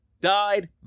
Died